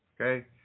Okay